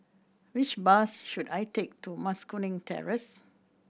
which bus should I take to Mas Kuning Terrace